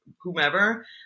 whomever